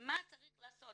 מה צריך לעשות,